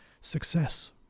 Success